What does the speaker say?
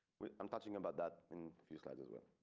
i'm talking about that in a few slides as well.